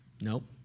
Nope